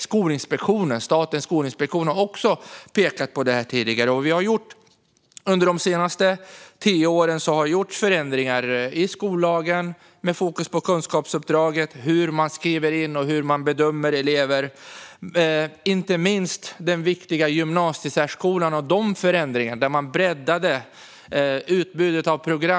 Skolinspektionen har också pekat på detta tidigare. Under de senaste tio åren har det gjorts ändringar i skollagen med fokus på kunskapsuppdraget och hur man skriver in och bedömer elever. Det gäller inte minst den viktiga gymnasiesärskolan, där man breddade utbudet av program.